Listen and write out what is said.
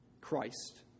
Christ